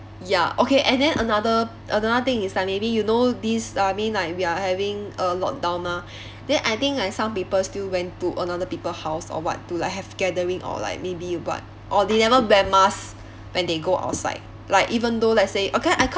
ya okay and then another another thing is like maybe you know this I mean like we are having a lock down mah then I think like some people still went to another people house or what to like have gathering or like maybe what or they never wear mask when they go outside like even though let's say I can't